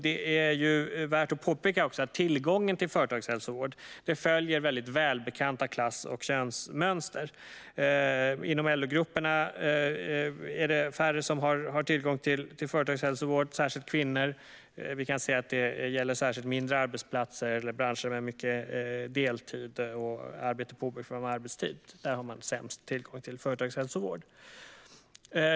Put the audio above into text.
Det är också värt att påpeka att tillgången till företagshälsovård följer välbekanta klass och könsmönster. Inom LO-grupperna är det färre som har tillgång till företagshälsovård, och det gäller särskilt kvinnor. På mindre arbetsplatser och i branscher med mycket deltid och arbete på obekväm arbetstid har man sämst tillgång till företagshälsovård.